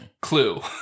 Clue